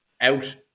out